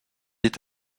est